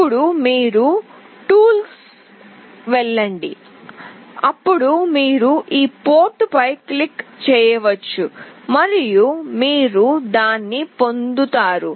ఇప్పుడు మీరు టూల్స్ వెళ్ళండి అప్పుడు మీరు ఈ పోర్టుపై క్లిక్ చేయవచ్చు మరియు మీరు దాన్ని పొందుతారు